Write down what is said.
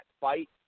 fight